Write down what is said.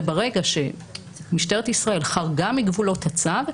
וברגע שמשטרת ישראל חרגה מגבולות הצו,